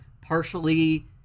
partially